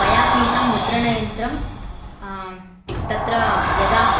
मया क्रीतं मुद्रणयन्त्रं तत्र यदा